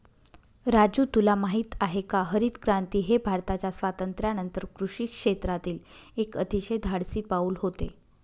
राजू तुला माहित आहे का हरितक्रांती हे भारताच्या स्वातंत्र्यानंतर कृषी क्षेत्रातील एक अतिशय धाडसी पाऊल होते